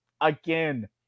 again